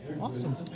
Awesome